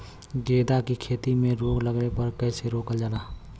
गेंदा की खेती में रोग लगने पर कैसे रोकल जाला?